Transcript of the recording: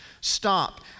stop